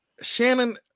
Shannon